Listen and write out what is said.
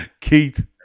Keith